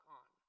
on